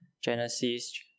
Genesis